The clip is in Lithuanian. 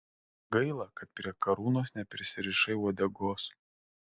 gaila kad prie karūnos neprisirišai uodegos